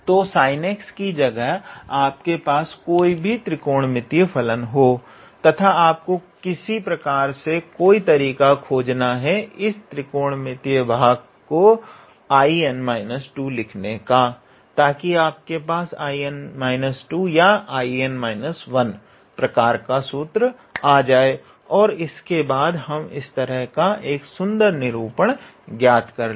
तो sinx की जगह आपके पास कोई भी त्रिकोणमितीय फलन हो तथा आपको किसी प्रकार से कोई तरीका खोजना है इस त्रिकोणमितीय भाग को 𝐼𝑛−2 लिखने का ताकि आपके पास 𝐼𝑛−2 या 𝐼𝑛−1 प्रकार का सूत्र आ जाए और इसके बाद हम इस तरह का एक सुंदर निरूपण ज्ञात कर ले